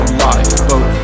lifeboat